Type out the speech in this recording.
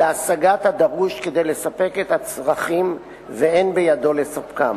להשגת הדרוש כדי לספק את הצרכים ואין בידו לספקם.